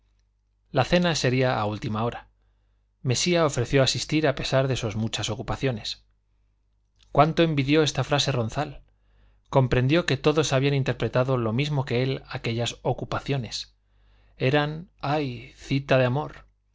la cena sería a última hora mesía ofreció asistir a pesar de sus muchas ocupaciones cuánto envidió esta frase ronzal comprendió que todos habían interpretado lo mismo que él aquellas ocupaciones eran ay cita de amor